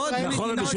נכון.